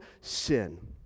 sin